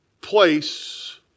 place